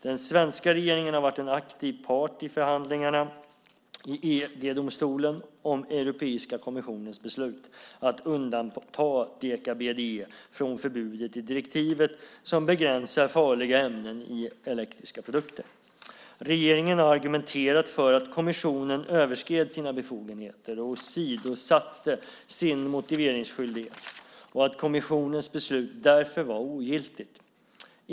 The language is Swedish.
Den svenska regeringen har varit en aktiv part i förhandlingarna i EG-domstolen om Europeiska kommissionens beslut att undanta deka-BDE från förbudet i direktivet som begränsar farliga ämnen i elektriska produkter. Regeringen har argumenterat för att kommissionen överskred sina befogenheter och åsidosatte sin motiveringsskyldighet och att kommissionens beslut därför var ogiltigt.